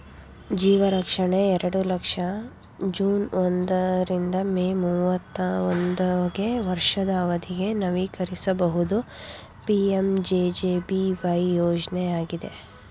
ಜೀವರಕ್ಷಣೆ ಎರಡು ಲಕ್ಷ ಜೂನ್ ಒಂದ ರಿಂದ ಮೇ ಮೂವತ್ತಾ ಒಂದುಗೆ ವರ್ಷದ ಅವಧಿಗೆ ನವೀಕರಿಸಬಹುದು ಪಿ.ಎಂ.ಜೆ.ಜೆ.ಬಿ.ವೈ ಯೋಜ್ನಯಾಗಿದೆ